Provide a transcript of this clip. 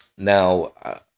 Now